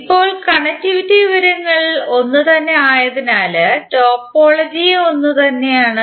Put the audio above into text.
ഇപ്പോൾ കണക്റ്റിവിറ്റി വിവരങ്ങൾ ഒന്ന് തന്നെ ആയതിനാൽ ടോപ്പോളജിയും ഒന്നുതന്നെയാണ്